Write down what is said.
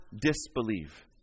disbelieve